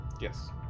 Yes